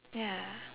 ya